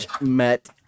met